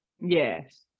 Yes